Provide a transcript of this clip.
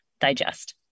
digest